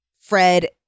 Fred